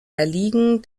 erliegen